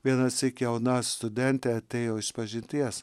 vienąsyk jauna studentė atėjo išpažinties